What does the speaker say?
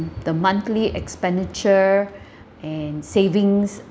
the monthly expenditure and savings